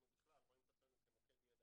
אנחנו בכלל רואים את עצמנו כמוקד ידע.